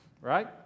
right